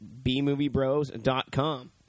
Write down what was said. bmoviebros.com